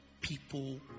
people